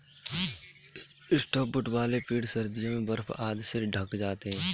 softwood वाले पेड़ सर्दियों में बर्फ आदि से ढँक जाते हैं